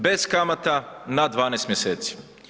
Bez kamata na 12 mjeseci.